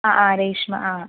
ആ ആ രേഷ്മ ആ